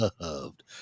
loved